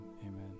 amen